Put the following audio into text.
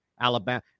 Alabama